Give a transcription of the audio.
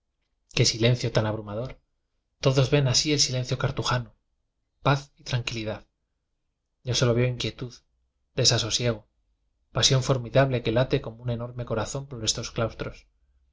qué silencio tan abrumador todos ven así el silencio cartujano paz y tranquilidad yo solo veo inquietud desasosiego pa sión formidable que late como un enorme corazón por estos claustros